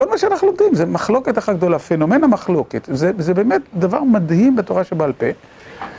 כל מה שאנחנו לוקחים זה מחלוקת אחת גדולה, פנומנה מחלוקת, זה באמת דבר מדהים בתורה שבעל פה.